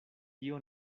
tio